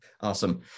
Awesome